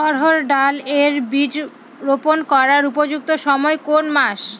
অড়হড় ডাল এর বীজ রোপন করার উপযুক্ত সময় কোন কোন মাস?